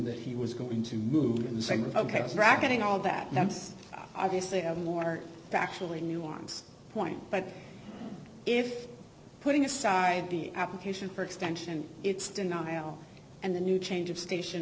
that he was going to move in the same with ok bracketing all that that's obviously of more factually new arms point but if putting aside the application for extension its denial and the new change of station